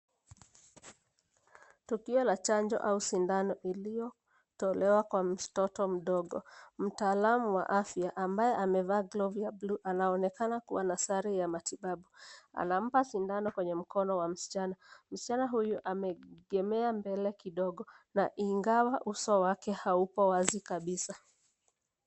Tukio la chanjo au sindano iliyotolewa kwa mtoto mdogo. Mtaalamu wa afya ambaye amevaa glovu ya bluu anaonekana kuwa na sare ya matibabu. Anampa sindano kwenye mkono wa msichana. Msichana huyu ameegemea mbele kidogo na ingawa uso wake haupo wazi kabisa.